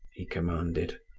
he commanded.